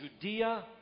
Judea